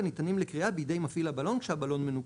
ניתנים לקריאה בידי מפעיל הבלון כשהבלון מנופח.